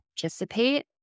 participate